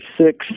six